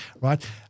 right